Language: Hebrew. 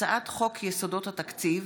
הצעת חוק יסודות התקציב